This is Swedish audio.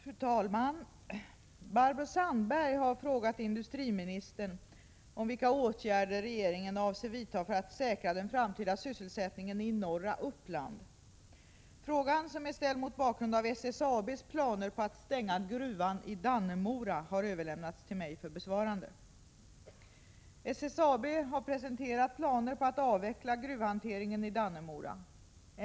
Fru talman! Barbro Sandberg har frågat industriministern vilka åtgärder regeringen avser vidta för att säkra den framtida sysselsättningen i norra Uppland. Frågan, som är ställd mot bakgrund av SSAB:s planer på att stänga Bjuvän i Dannemora, har överlämnats till mig för besvarande. SSAB har presenterat planer på att avveckla gruvhanteringen i Dannemora.